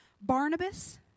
Barnabas